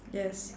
yes